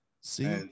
See